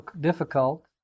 difficult